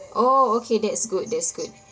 oh okay that's good that's good